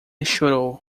chorou